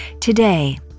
Today